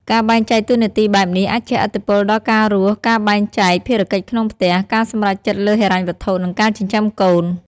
ការបែងចែកតួនាទីបែបនេះអាចជះឥទ្ធិពលដល់ការរស់ ការបែងចែកភារកិច្ចក្នុងផ្ទះ ការសម្រេចចិត្តលើហិរញ្ញវត្ថុ និងការចិញ្ចឹមកូន។